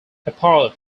apart